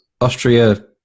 Austria